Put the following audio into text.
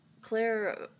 Claire